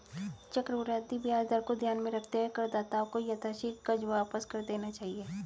चक्रवृद्धि ब्याज दर को ध्यान में रखते हुए करदाताओं को यथाशीघ्र कर्ज वापस कर देना चाहिए